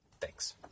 Thanks